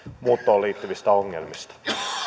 liittyvistä ongelmista